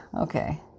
Okay